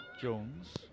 Jones